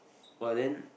!wah! then